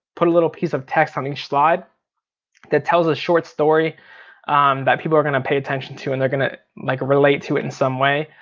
put a little piece of text on each slide that tells a short story that people are gonna pay attention to. and they're gonna like relate to it in some way.